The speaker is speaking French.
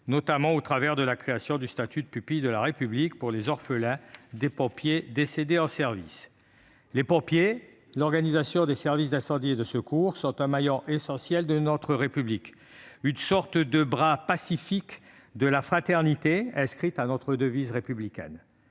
notamment au travers de la création du statut de pupille de la République pour les orphelins des pompiers décédés en service. Les pompiers et l'organisation des services d'incendie et de secours sont un maillon essentiel de notre République, une sorte de bras pacifique de la fraternité inscrite à notre devise républicaine.